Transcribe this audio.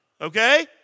okay